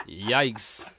Yikes